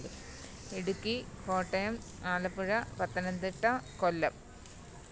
Idukki Kottayam Alappuzha Pathanamthitta Kollam